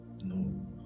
No